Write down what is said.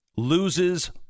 Loses